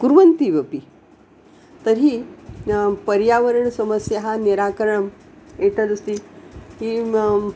कुर्वन्ति मपि तर्हि पर्यावरणसमस्याः निराकरणम् एतदस्ति किम्